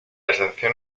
estación